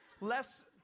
less